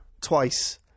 Twice